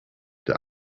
der